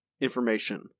information